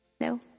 no